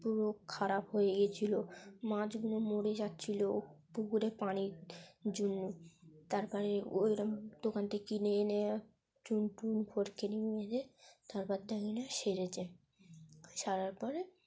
পুরো খারাপ হয়ে গিয়েছিল মাছগুলো মরে যাচ্ছিল পুকুরে পানির জন্য তার পরে ওইরকম দোকান থেকে কিনে এনে চুন টুন ফটকিরি মেরে তারপর দেখে কি না সেরেছে সারার পরে